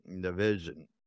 division